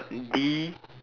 D